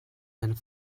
and